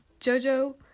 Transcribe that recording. JoJo